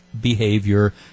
behavior